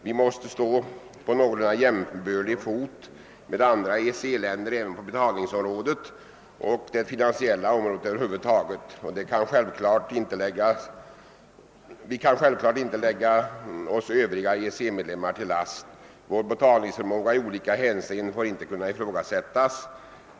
Vi måste stå på någorlunda jämbördig fot med andra EEC-länder även på betalningsområdet och det finansiella området över huvud taget. Vi kan självfallet inte ligga övriga EEC-medlemmar till last. Vår betalningsförmåga i olika hänseenden får inte kunna ifrågasättas.